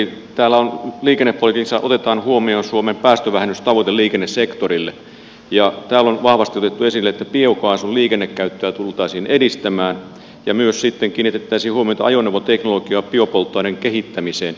täällä on että liikennepolitiikassa otetaan huomioon suo men päästövähennystavoite liikennesektorille ja täällä on vahvasti otettu esille että biokaasun liikennekäyttöä tultaisiin edistämään ja myös kiinnitettäisiin huomiota ajoneuvoteknologian ja biopolttoaineiden kehittämiseen